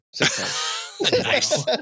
Nice